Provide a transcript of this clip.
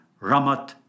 Ramat